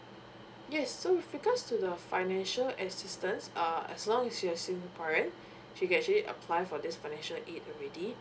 yes so with regards to the financial assistance uh as long as you're singaporean she can actually apply for this financial aid already